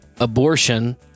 abortion